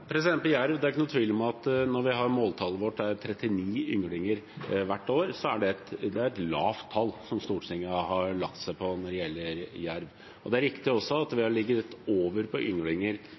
det gjelder jerv, er det ikke noen tvil om at når måltallet vårt er 39 ynglinger hvert år, har Stortinget lagt seg på et lavt tall. Det er riktig at vi har ligget over når det gjelder ynglinger, i en periode. Men det har også